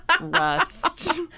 rust